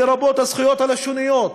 לרבות הזכויות הלשוניות,